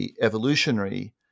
evolutionary